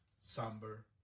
somber